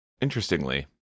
interestingly